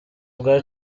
bwa